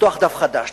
לפתוח דף חדש,